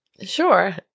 Sure